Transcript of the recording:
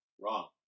Wrong